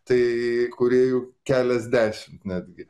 tai kūrėjų keliasdešimt netgi